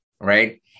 right